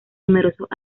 numerosos